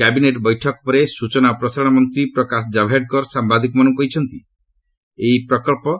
cabinet ବୈଠକ ପରେ ସ୍ନଚନା ଓ ପ୍ରସାରଣ ମନ୍ତ୍ରୀ ପ୍ରକାଶ ଜାବ୍ଡେକର ସାମ୍ବାଦିକମାନଙ୍କୁ କହିଛନ୍ତି ଏହି ପ୍ରକଞ୍ଚ